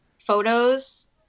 photos